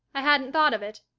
i hadn't thought of it,